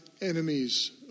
enemies